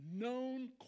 known